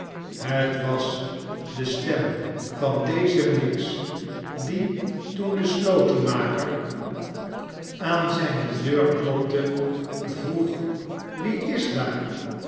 het was de stem van deze miggs die toen de slotenmaker aaxi huiseujk geluk zijne deur klopte vroeg wie is daar